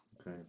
Okay